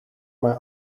mij